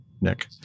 Nick